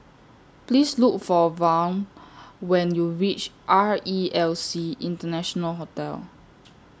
Please Look For Vaughn when YOU REACH R E L C International Hotel